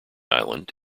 island